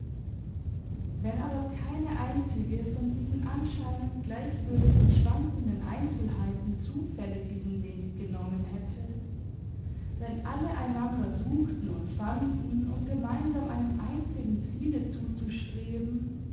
wenn aber keine einzige von diesen anscheinend gleichgültig schwankenden einzelheiten zufällig diesen weg genommen hätte wenn alle einander suchten und fanden um gemeinsam einem einzigen ziele zuzustreben